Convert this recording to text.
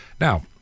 Now